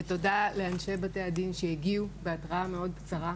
ותודה לאנשי בתי הדין שהגיעו בהתראה מאוד קצרה.